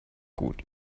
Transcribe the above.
gut